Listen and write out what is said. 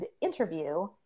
interview